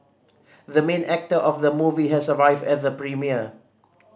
the main actor of the movie has arrived at the premiere